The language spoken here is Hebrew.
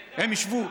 לידה.